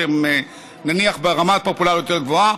שהם נניח ברמת פופולריות יותר גבוהה,